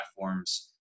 platforms